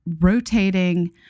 rotating